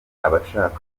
abashaka